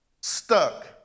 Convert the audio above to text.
stuck